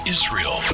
Israel